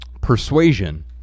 Persuasion